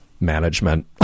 management